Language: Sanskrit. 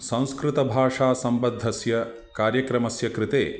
संस्कृतभाषासम्बद्धस्य कार्यक्रमस्य कृते